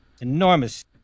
enormous